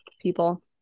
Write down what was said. people